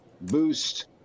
boost